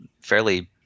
fairly